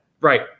Right